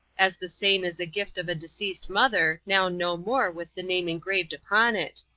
as the same is a gift of a deceased mother now no more with the name engraved upon it.